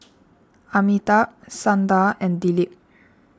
Amitabh Sundar and Dilip